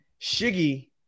Shiggy